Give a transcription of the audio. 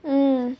mm